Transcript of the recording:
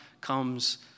comes